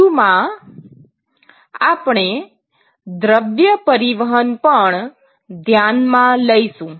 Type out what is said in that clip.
વધુમાં આપણે દ્રવ્ય પરિવહન પણ ધ્યાનમાં લઇશુ